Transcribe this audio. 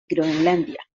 groenlandia